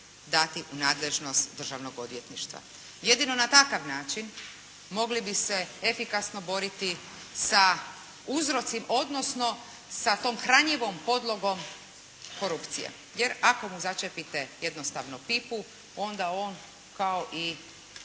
dati u nadležnost Državnog odvjetništva. Jedino na takav način mogli bi se efikasno boriti sa uzrocima, odnosno sa tom hranjivom podlogom korupcije. Jer ako mu začepite jednostavno pipu, onda on kao i